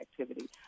activity